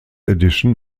edition